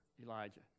Elijah